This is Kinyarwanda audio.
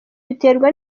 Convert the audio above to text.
biterwa